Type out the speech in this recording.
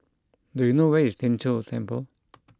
do you know where is Tien Chor Temple